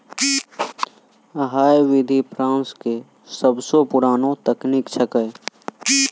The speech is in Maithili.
है विधि फ्रांस के सबसो पुरानो तकनीक छेकै